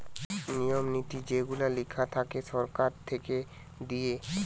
নিয়ম নীতি যেগুলা লেখা থাকে সরকার থেকে দিয়ে